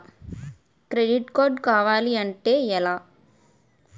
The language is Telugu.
క్రెడిట్ కార్డ్ కావాలి అంటే ఎలా?